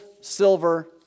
silver